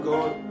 God